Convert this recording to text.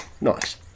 Nice